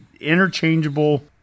interchangeable